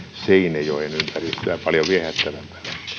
seine joen ympäristöä paljon viehättävämpänä